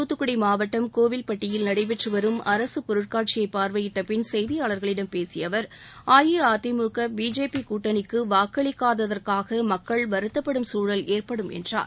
துத்துக்குடி மாவட்டம் கோவில்பட்டியில் நடைபெற்றுவரும் அரசுப் பொருட்காட்சியை பார்வையிட்ட பின் செய்தியாளா்களிடம் பேசிய அவர் அஇஅதிமுக பிஜேபி கூட்டணிக்கு வாக்களிக்காததற்காக மக்கள் வருத்தப்படும் சூழல் ஏற்படும் என்றார்